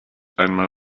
einmal